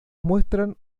muestran